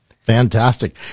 Fantastic